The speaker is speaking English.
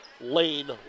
Lane